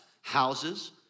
houses